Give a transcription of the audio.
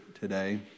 today